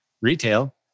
retail